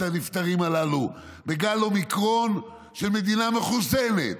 הנפטרים הללו בגל האומיקרון של מדינה מחוסנת.